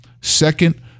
Second